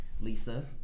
Lisa